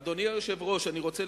אדוני היושב-ראש, אני רוצה